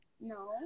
No